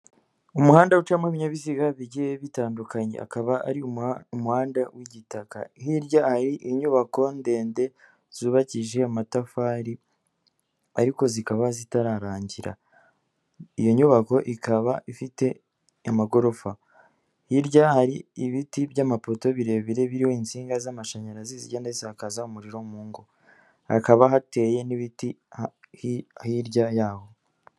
Umuhanda ucamo ibinyabiziga bigiye bitandukanye, akaba ari umuhanda w'igitaka. Hirya hari inyubako ndende zubakishije amatafari ariko zikaba zitararangira. Iyo nyubako ikaba ifite amagorofa. Hirya hari ibiti by'amapoto birebire biriho insinga z'amashanyarazi zigenda zisakaza umuriro mu ngo. Hakaba hateye n'ibiti hirya yaho.